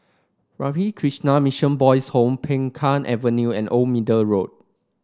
Ramakrishna Mission Boys' Home Peng Kang Avenue and Old Middle Road